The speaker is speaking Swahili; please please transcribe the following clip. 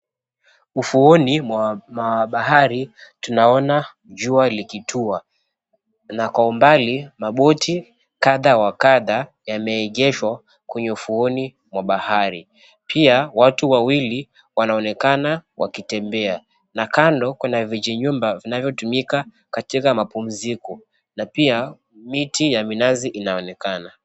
Ufuoni mwa bahari tunaona jua likitua na Kwa umbali maboti kadha wa kadha yameegeshwa kwenye ufuoni mwa bahari. Pia watu wawili wanaonekana wakitembea na kando Kuna vijinyumba vinachotumika katika mapumziko na pia miti ya minazi inaonekana.